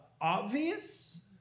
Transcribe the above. obvious